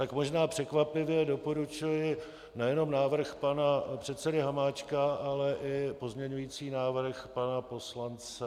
Tak možná překvapivě doporučuji nejenom návrh pana předsedy Hamáčka, ale i pozměňující návrh pana poslance...